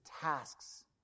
tasks